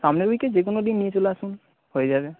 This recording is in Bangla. সামনের উইকে যে কোনো দিন নিয়ে চলে আসুন হয়ে যাবে